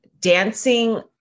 dancing